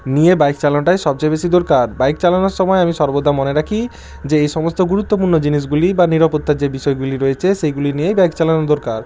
নিয়ে বাইক চালানোটাই সবচেয়ে বেশি দোরকার বাইক চালানোর সময় আমি সর্বদা মনে রাখি যে এই সমস্ত গুরুত্বপূর্ণ জিনিসগুলি বা নিরাপত্তার যে বিষয়গুলি রয়েছে সেইগুলি নিয়ে বাইক চালানো দরকার